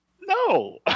no